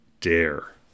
dare